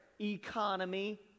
economy